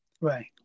Right